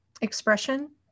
expression